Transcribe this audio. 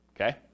okay